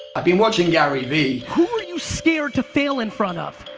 i've been watching gary vee. who are you scared to fail in front of?